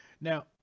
now